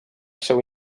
seu